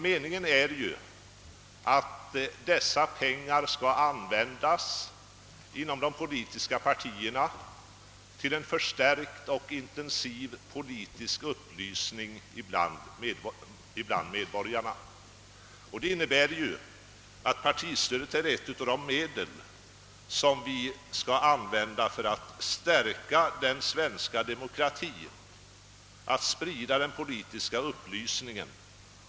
Meningen är att dessa pengar skall användas inom de politiska partierna till en förstärkt och intensiv politisk upplysning bland medborgarna för att på så sätt få fler människor intresserade av vad politikerna sysslar med.